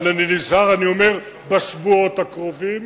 אבל אני נזהר ואומר, בשבועות הקרובים